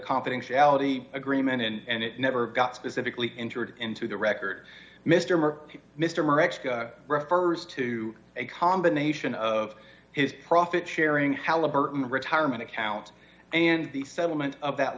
confidentiality agreement and it never got specifically entered into the record mr mayor mr refers to a combination of his profit sharing halliburton a retirement account and the settlement that